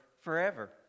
forever